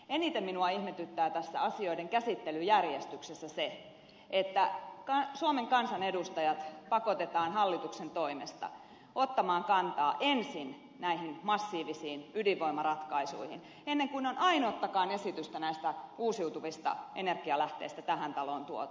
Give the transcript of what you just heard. eniten minua ihmetyttää tässä asioiden käsittelyjärjestyksessä se että suomen kansanedustajat pakotetaan hallituksen toimesta ottamaan kantaa ensin näihin massiivisiin ydinvoimaratkaisuihin ennen kuin on ainuttakaan esitystä näistä uusiutuvista energialähteistä tähän taloon tuotu